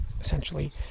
essentially